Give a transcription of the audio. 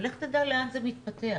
ולך תדע לאן זה מתפתח.